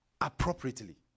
appropriately